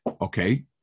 Okay